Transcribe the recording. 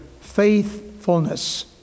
faithfulness